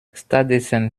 stattdessen